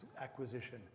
acquisition